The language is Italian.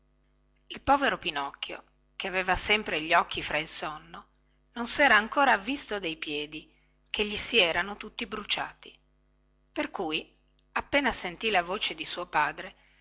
il povero pinocchio che aveva sempre gli occhi fra il sonno non sera ancora avvisto dei piedi che gli si erano tutti bruciati per cui appena sentì la voce di suo padre